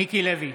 (קורא בשם חבר הכנסת) מיקי לוי,